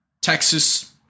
Texas